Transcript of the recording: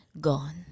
gone